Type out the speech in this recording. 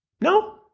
No